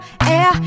air